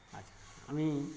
আচ্ছা আমি